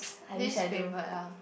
least favourite ah